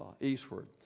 eastward